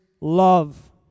love